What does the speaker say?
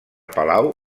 palau